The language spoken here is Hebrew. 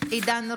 עידן רול,